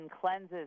cleanses